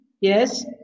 yes